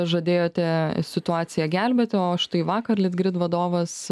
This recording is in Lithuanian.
žadėjote situaciją gelbėti o štai vakar litgrid vadovas